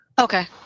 Okay